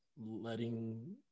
Letting